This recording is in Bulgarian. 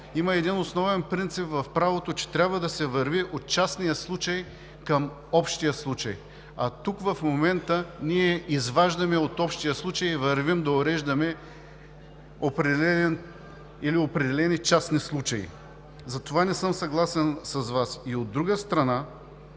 има един основен принцип в правото, че трябва да се върви от частния към общия случай. А тук, в момента, ние изваждаме от общия случай и вървим да уреждаме определен или определени частни случаи. Затова не съм съгласен с Вас. От друга страна,